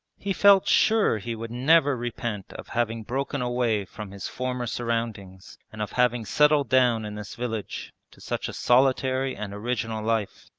he felt sure he would never repent of having broken away from his former surroundings and of having settled down in this village to such a solitary and original life.